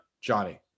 Johnny